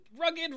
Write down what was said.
rugged